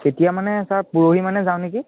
কেতিয়া মানে ছাৰ পৰহিমানে যাওঁ নেকি